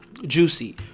Juicy